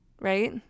Right